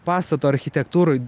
pastato architektūroj